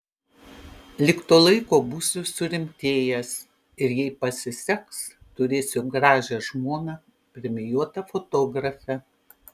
lig to laiko būsiu surimtėjęs ir jei pasiseks turėsiu gražią žmoną premijuotą fotografę